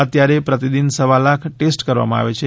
આજે પ્રતિદિન સવા લાખ ટેસ્ટ કરવામાં આવે છે